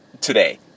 today